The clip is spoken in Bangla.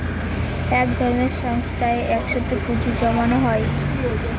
এক ধরনের সংস্থায় এক সাথে পুঁজি জমানো হয়